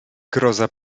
groza